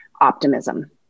optimism